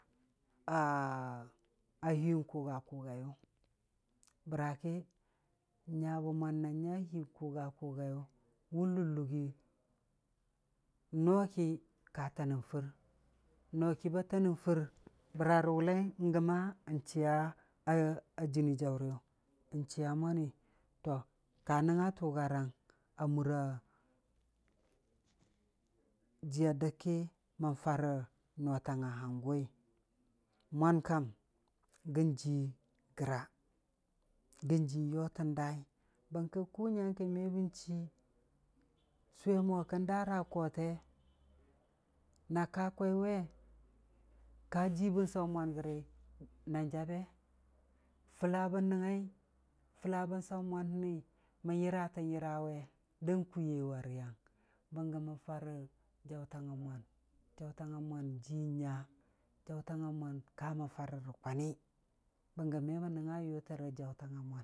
A hiiwʊn kʊga- kʊgayʊ, bəra ki nya be mwan na nya lii kʊgakʊgaiyʊ wʊn lug- lugi, n'no ki, ka tanən fur, no ki ba tanən fur bəra rə wʊllai, n'gə- ma- n'chiya a jɨnii jaʊriyʊ, n'chiya mwani, toh ka nəngnga a tʊgareg a mura jiiya dəg ki mən farə notang a hangʊwi, mwan kam gən ji gərra, gən jii yotən daai, bərka kʊ nyəngkə me bən chii n'sʊwe mo kən daara koote, na ka kwai we, ka jii bən saʊ mwan gəri nan jabe, fəlla bən nəngngai, fəllan bən saʊ mwan həni, bən yəratən. Yəra we dan kwiiye wa yərang, bəngə mən farə jaʊtang a mwan, jaʊtang mwan n'jii nya, jaʊtang a mwan kamən farə rə kwani, bənggə me mən nəngna yʊta rə jaʊtang a mwan.